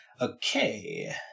Okay